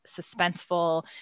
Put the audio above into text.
suspenseful